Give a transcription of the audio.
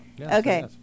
Okay